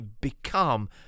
become